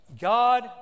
God